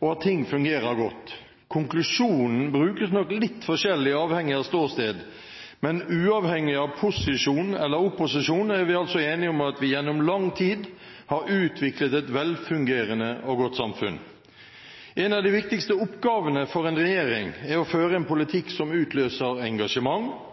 og at ting fungerer godt. Konklusjonen brukes nok litt forskjellig avhengig av ståsted, men uavhengig av posisjon eller opposisjon er vi altså enige om at vi gjennom lang tid har utviklet et velfungerende og godt samfunn. En av de viktigste oppgavene for en regjering er å føre en politikk som utløser engasjement,